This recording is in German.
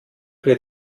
wird